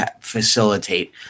facilitate